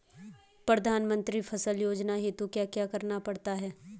प्रधानमंत्री फसल योजना हेतु क्या क्या करना पड़ता है?